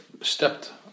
stepped